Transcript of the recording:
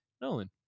Nolan